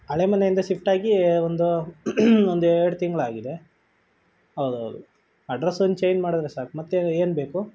ಹಳೆ ಮನೆಯಿಂದ ಶಿಫ್ಟಾಗಿ ಒಂದು ಒಂದು ಎರಡು ತಿಂಗಳಾಗಿದೆ ಹೌದು ಹೌದು ಅಡ್ರಸ್ ಒಂದು ಚೇನ್ ಮಾಡಿದ್ರೆ ಸಾಕು ಮತ್ತೆ ಏನು ಬೇಕು